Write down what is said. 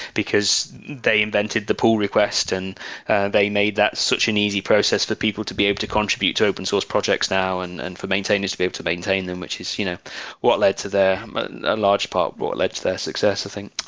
because they invented the poll request and they made that such an easy process for people to be able to contribute to open source projects now and and for maintainers to be able to maintain them, which is you know what led to the large part, what led to the success i think.